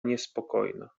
niespokojna